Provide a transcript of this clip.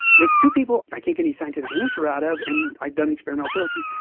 that's two people i can't get any scientific answer out of and i've done experimental therapy.